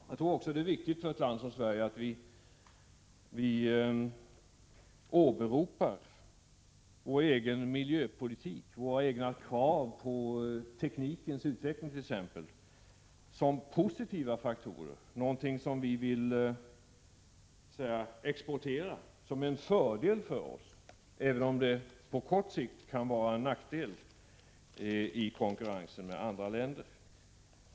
Jag tror också att det är viktigt för ett land som Sverige att åberopa den egna miljöpolitiken och de egna kraven på t.ex. teknikens utveckling som positiva faktorer — något som vi vill exportera och som utgör en fördel för oss, även om det på kort sikt kan vara en nackdel i konkurrensen med andra länder.